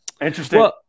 Interesting